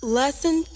lesson